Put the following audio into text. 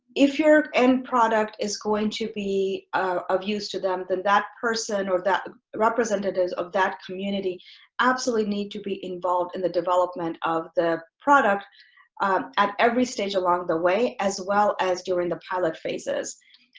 if your end product is going to be of use to them then that person or that representatives of that community absolutely need to be involved in the development of the product at every stage along the way as well as during the pilot phases.